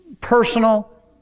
personal